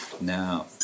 Now